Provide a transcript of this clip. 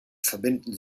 verbinden